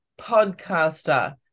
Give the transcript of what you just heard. podcaster